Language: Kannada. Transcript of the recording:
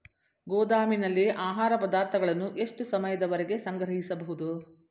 ಗೋದಾಮಿನಲ್ಲಿ ಆಹಾರ ಪದಾರ್ಥಗಳನ್ನು ಎಷ್ಟು ಸಮಯದವರೆಗೆ ಸಂಗ್ರಹಿಸಬಹುದು?